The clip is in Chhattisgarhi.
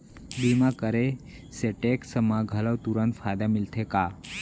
बीमा करे से टेक्स मा घलव तुरंत फायदा मिलथे का?